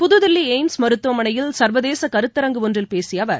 புதுதில்லி AIIMS மருத்துவமனையில் சர்வதேச கருத்தரங்கு ஒன்றில் பேசிய அவர்